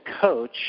coach